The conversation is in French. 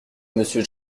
monsieur